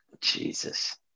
Jesus